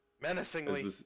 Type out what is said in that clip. menacingly